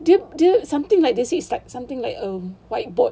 dia dia something like they say it's like something like a whiteboard